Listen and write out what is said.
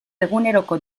eguneroko